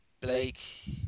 Blake